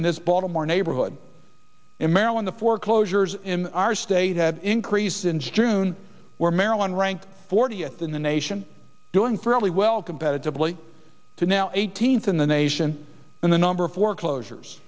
in this baltimore neighborhood in maryland the foreclosures in our state have increased since june where marilyn ranked forty at the nation doing fairly well competitively to now eighteenth in the nation in the number of foreclosures